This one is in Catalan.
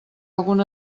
algun